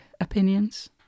opinions